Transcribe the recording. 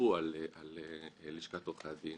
שנכפו על לשכת עורכי הדין